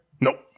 Nope